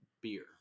Beer